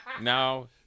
Now